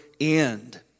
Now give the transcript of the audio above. end